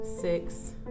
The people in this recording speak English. Six